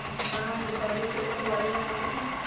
का हम दीपावली के लेल त्योहारी लोन ले सकई?